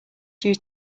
due